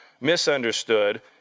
misunderstood